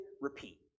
repeat